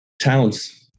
Towns